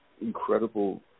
incredible